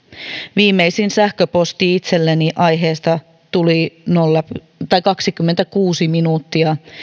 viimeisin sähköposti itselleni aiheesta tuli kaksikymmentäkuusi minuuttia